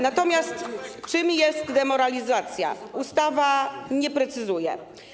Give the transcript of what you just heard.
Natomiast czym jest demoralizacja, tego ustawa nie precyzuje.